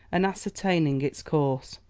and ascertaining its course.